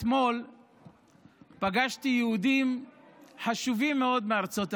אתמול פגשתי יהודים חשובים מאוד מארצות הברית.